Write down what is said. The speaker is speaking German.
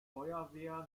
feuerwehr